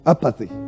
Apathy